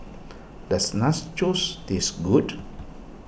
does Nachos taste good